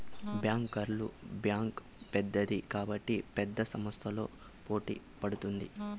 బ్యాంకర్ల బ్యాంక్ పెద్దది కాబట్టి పెద్ద సంస్థలతో పోటీ పడుతుంది